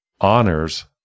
honors